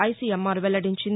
ICMR వెల్లడించింది